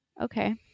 Okay